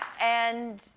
and,